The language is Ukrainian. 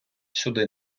сюди